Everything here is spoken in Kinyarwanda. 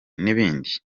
n’ibindi